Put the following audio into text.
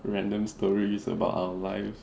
random stories about our life